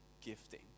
gifting